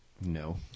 No